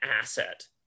asset